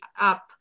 up